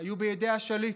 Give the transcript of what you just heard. היו בידי השליט,